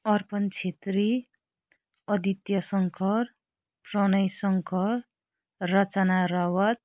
Arpan Chhetri Aditya Shankar Pranay Shankar Rachana Raut